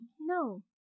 No